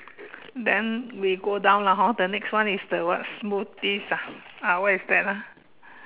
then we go down lah hor the next one is the what smoothies ah ah what is that ah